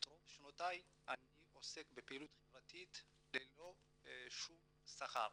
רוב שנותיי אני עוסק בפעילות חברתית ללא שום שכר.